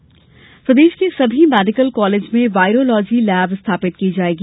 virology lab प्रदेश के सभी मेडिकल कॉलेज में वायरोलॉजी लैब स्थापित की जायेगी